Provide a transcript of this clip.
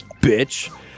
bitch